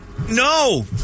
No